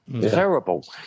Terrible